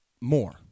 more